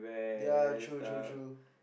ya true true true